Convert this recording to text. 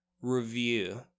review